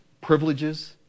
privileges